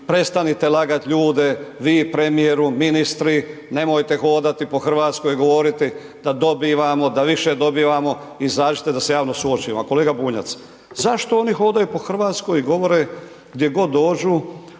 prestanite lagati ljude, vi premijeru, ministri, nemojte hodati po Hrvatskoj i govoriti da dobivamo, da više dobivamo, izađite da se javno suočimo, a kolega Bunjac, zašto oni hodaju po Hrvatskoj i govore gdje god dođu